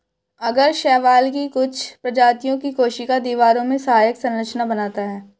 आगर शैवाल की कुछ प्रजातियों की कोशिका दीवारों में सहायक संरचना बनाता है